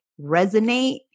resonate